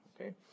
Okay